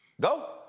Go